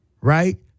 right